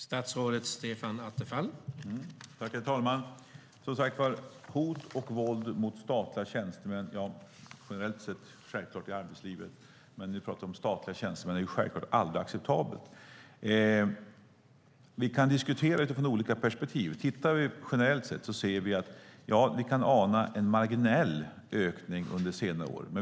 Herr talman! Hot och våld mot statliga tjänstemän och generellt sett i arbetslivet, men nu talar vi om statliga tjänstemän, är självklart aldrig acceptabelt. Vi kan diskutera utifrån olika perspektiv. Tittar vi generellt sett kan vi ana en marginell ökning under senare.